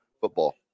football